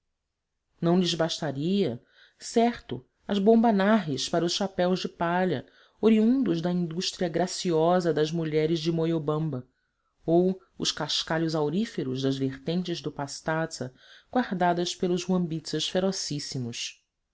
não lhes bastariam certo as bombonaças para os chapéus de palha oriundos da indústria graciosa das mulheres do moyobamba ou os cascalhos auríferos das vertentes do pastaza guardadas pelos huambizas ferocíssimos